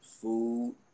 food